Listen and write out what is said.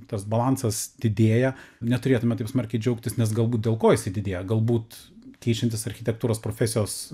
tas balansas didėja neturėtume taip smarkiai džiaugtis nes galbūt dėl ko jisai didėja galbūt keičiantis architektūros profesijos